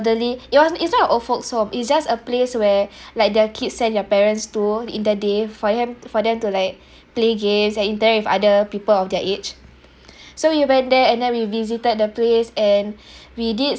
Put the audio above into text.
elderly it was is not a old folks home it's just a place where like their kids send their parents to in the day for them for them to like play games and interact with other people of their age so we went there and then we visited the place and we did